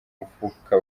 mufuka